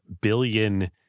billion